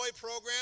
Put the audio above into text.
program